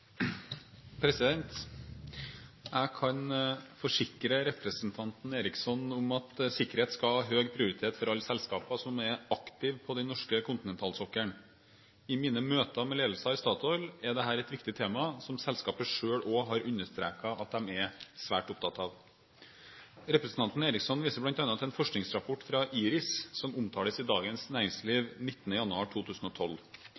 Jeg kan forsikre representanten Eriksson om at sikkerhet skal ha høy prioritet for alle selskaper som er aktive på norsk kontinentalsokkel. I mine møter med ledelsen i Statoil er dette et viktig tema som selskapet selv også har understreket at de er svært opptatt av. Representanten Eriksson viser bl.a. til en forskningsrapport fra IRIS som omtales i Dagens